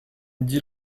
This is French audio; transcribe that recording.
midi